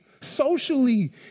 socially